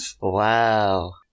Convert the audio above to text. Wow